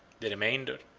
the remainder,